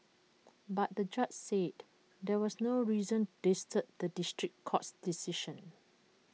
but the judge said there was no reason to disturb the district court's decision